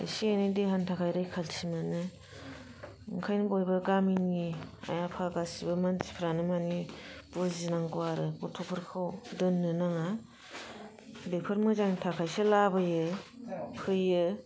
एसे एनै देहानि थाखाय रैखाथि मोनो ओंखायनो बयबो गामिनि आइ आफा गासिबो मानसिफ्रानो मानि बुजिनांगौ आरो गथ'फोरखौ दोननो नाङा बेफोर मोजांनि थाखायसो लाबोयो फैयो